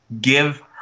Give